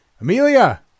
Amelia